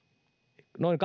noin